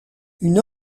une